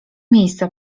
miejsca